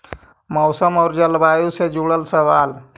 मौसम और जलवायु से जुड़ल सवाल?